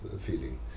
feeling